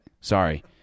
sorry